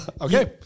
Okay